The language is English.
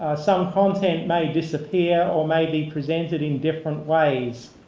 some content may disappear or may be presented in different ways